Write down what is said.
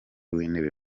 w’intebe